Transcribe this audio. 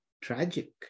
Tragic